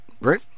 right